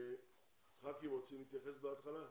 חברי הכנסת רוצים להתייחס בהתחלה?